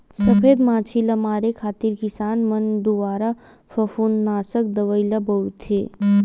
सफेद मांछी ल मारे खातिर किसान मन दुवारा फफूंदनासक दवई ल बउरथे